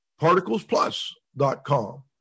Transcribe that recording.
particlesplus.com